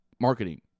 marketing